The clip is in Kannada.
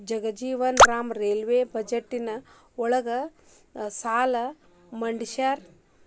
ಜಗಜೇವನ್ ರಾಮ್ ರೈಲ್ವೇ ಬಜೆಟ್ನ ಯೊಳ ಸಲ ಮಂಡಿಸ್ಯಾರ